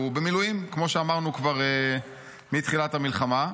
והוא במילואים, כמו שאמרנו, כבר מתחילת המלחמה,